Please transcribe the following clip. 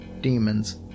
demons